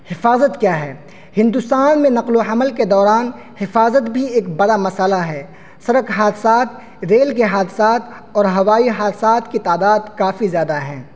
حفاظت کیا ہے ہندوستان میں نقل و حمل کے دوران حفاظت بھی ایک بڑا مسئلہ ہے سڑک حادثات ریل کے حادثات اور ہوائی حادثات کی تعداد کافی زیادہ ہے